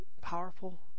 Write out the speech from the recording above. powerful